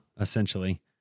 essentially